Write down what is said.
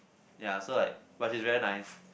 ya so like but she very nice